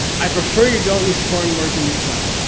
i prefer you don't use foreign words in your class,